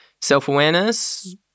self-awareness